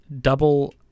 double